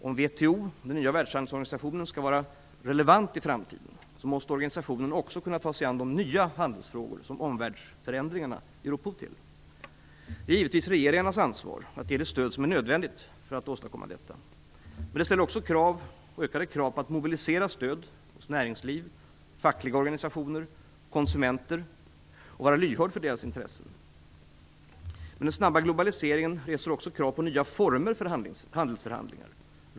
Om WTO, den nya världshandelsorganisationen, skall vara relevant i framtiden, måste organisationen också kunna ta sig an de nya handelsfrågor som omvärldsförändringarna ger upphov till. Det är givetvis regeringarnas ansvar att ge det stöd som är nödvändigt för att åstadkomma detta. Men det ställer också ökade krav på att mobilisera stöd hos näringsliv, fackliga organisationer och konsumenter och att vara lyhörd för deras intressen. Den snabba globaliseringen reser också krav på nya former för handelsförhandlingar.